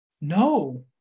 No